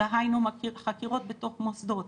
דהיינו חקירות בתוך מוסדות,